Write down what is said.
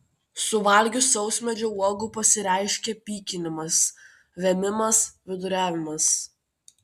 suvalgius sausmedžio uogų pasireiškia pykinimas vėmimas viduriavimas